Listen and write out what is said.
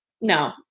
No